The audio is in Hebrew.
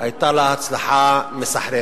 שהיתה לה בו הצלחה מסחררת.